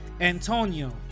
antonio